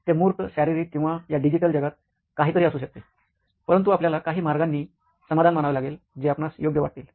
ते मूर्त शारीरिक किंवा या डिजिटल जगात काहीतरी असू शकते परंतु आपल्याला काही मार्गांनी समाधान मानावे लागेल जे आपणास योग्य वाटतील